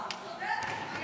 לא, הוא צודק.